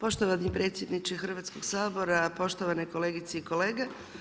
Poštovani predsjedniče Hrvatskog sabora, poštovane kolegice i kolege.